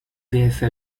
vfl